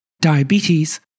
diabetes